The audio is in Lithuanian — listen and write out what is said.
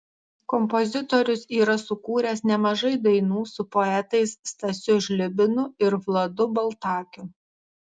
kompozitorius yra sukūręs nemažai dainų su poetais stasiu žlibinu ir vladu baltakiu